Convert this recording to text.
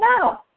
No